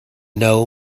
know